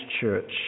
church